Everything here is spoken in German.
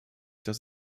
dass